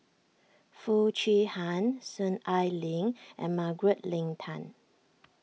Foo Chee Han Soon Ai Ling and Margaret Leng Tan